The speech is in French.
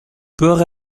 porc